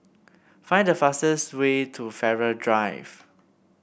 find the fastest way to Farrer Drive